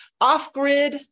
off-grid